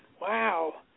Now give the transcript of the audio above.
Wow